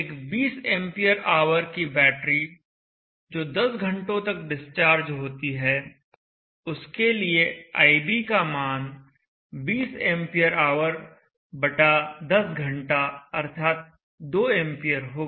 एक 20 ampere hour की battery जो 10 घंटों तक डिस्चार्ज होती है उसके लिए IB का मान 20 एंपियर ऑवर बटा 10 घंटा अर्थात 2 एंपियर होगा